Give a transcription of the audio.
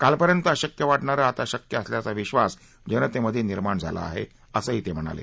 कालपर्यंत अशक्य वाटणारं आता शक्य असल्याचा विश्वास जनतेमध्ये निर्माण झाला आहे असंही ते म्हणाले